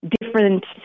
different